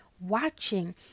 watching